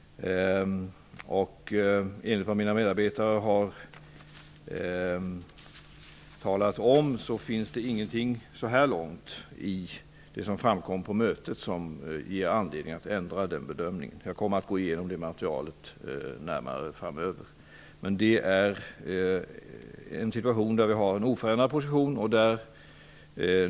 Enligt mina medarbetare finns det ingenting så här långt som ger anledning att ändra den. Jag kommer att gå igenom materialet närmare framöver. Vi har en oförändrad position.